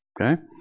Okay